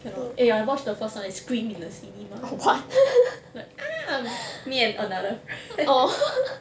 cannot eh I watched the first [one] I screamed in the cinema like ah me and another friend